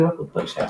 ללא תלות ברישיון.